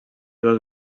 dos